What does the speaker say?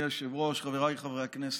אדוני היושב-ראש, חבריי חברי הכנסת,